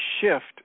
shift